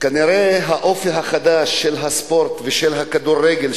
כנראה האופי החדש של הספורט ושל הכדורגל,